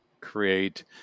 create